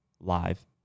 live